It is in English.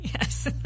yes